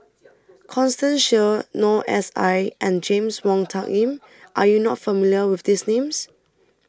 Constance Sheares Noor S I and James Wong Tuck Yim Are YOU not familiar with These Names